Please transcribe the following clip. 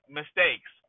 mistakes